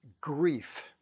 grief